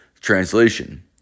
Translation